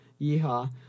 Yeehaw